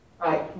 Right